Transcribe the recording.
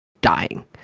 dying